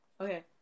okay